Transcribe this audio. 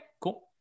cool